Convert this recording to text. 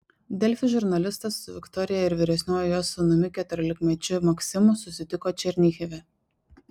delfi žurnalistas su viktorija ir vyresniuoju jos sūnumi keturiolikmečiu maksimu susitiko černihive